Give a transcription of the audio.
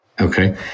Okay